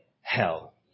hell